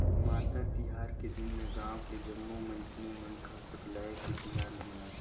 मातर तिहार के दिन में गाँव के जम्मो मइनसे मन सकलाये के तिहार ल मनाथे